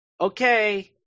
okay